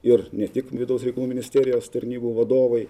ir ne tik vidaus reikalų ministerijos tarnybų vadovai